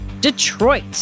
Detroit